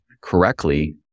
correctly